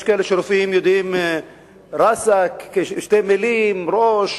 יש רופאים שיודעים "ראסכ", שתי מלים, ראש,